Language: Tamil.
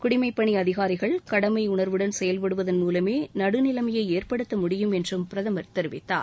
குடிமைப்பணி அதிகாரிகள் கடமையுணர்வுடன் செயல்படுவதன் மூலமே நடுநிலைமையை ஏற்படுத்த முடியும் என்றும் பிரதமர் தெரிவித்தார்